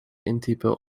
intypen